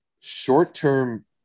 Short-term